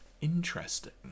interesting